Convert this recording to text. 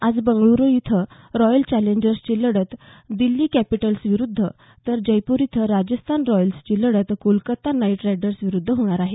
आज बंगळुरू इथं रॉयल चॅलेंजरर्सची लढत दिल्ली कॅपिटल्सविरुध्द तर जयपूर इथं राजस्थान रॉयल्सची लढत कोलकाता नाईट रायडर्सविरुध्द होणार आहे